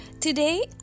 today